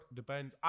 Depends